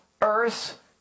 earth